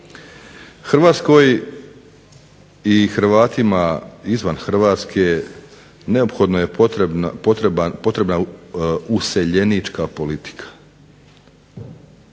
Hrvatskoj i Hrvatima izvan Hrvatske neophodno je potrebna useljenička politika.